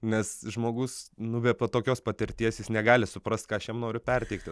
nes žmogus nu ve po tokios patirties jis negali suprast ką aš jam noriu perteikti